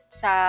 sa